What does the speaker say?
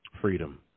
Freedom